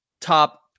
top